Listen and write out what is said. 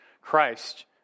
Christ